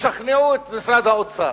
תשכנעו את משרד האוצר.